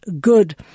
good